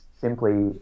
simply